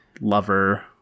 lover